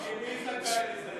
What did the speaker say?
מי זכאי לזה?